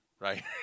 right